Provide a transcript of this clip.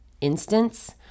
instance